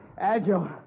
Agile